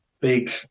big